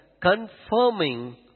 confirming